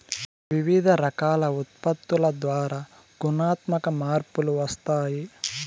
వివిధ రకాల ఉత్పత్తుల ద్వారా గుణాత్మక మార్పులు వస్తాయి